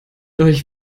euch